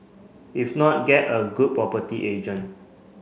if not get a good property agent